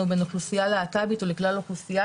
בין אוכלוסיית הלהט"בים לכלל האוכלוסיה.